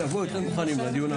שיבואו יותר מוכנים לדיון הבא.